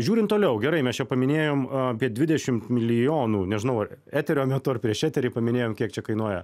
žiūrim toliau gerai mes čia paminėjom apie dvidešimt milijonų nežinau ar eterio metu ar prieš eterį paminėjom kiek čia kainuoja